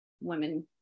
women